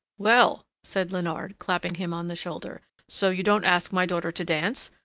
well! said leonard, clapping him on the shoulder, so you don't ask my daughter to dance?